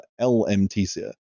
lmtc